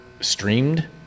streamed